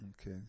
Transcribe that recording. Okay